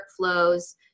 workflows